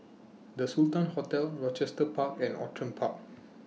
The Sultan Hotel Rochester Park and Outram Park